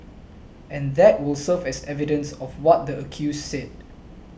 and that will serve as evidence of what the accused said